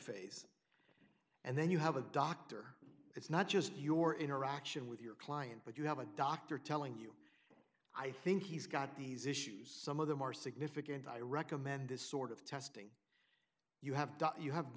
phase and then you have a doctor it's not just your interaction with your client but you have a doctor telling you i think he's got these issues some of them are significant i recommend this sort of testing you have done you have